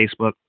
Facebook